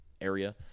area